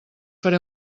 faré